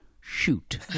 shoot